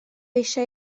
eisiau